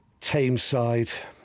Tameside